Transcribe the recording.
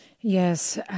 Yes